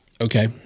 okay